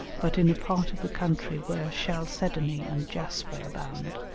but in a part of the country where chalcedony and jasper abound.